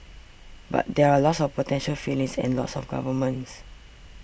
but there are lots of potential feelings and lots of governments